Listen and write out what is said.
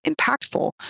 impactful